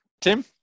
Tim